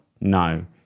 no